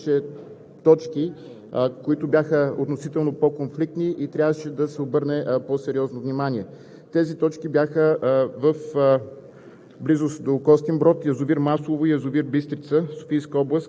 надзор на всички язовири и водоеми, като наистина в този период имаше точки, които бяха относително по-конфликтни и трябваше да се обърне по-сериозно внимание. Тези точки бяха в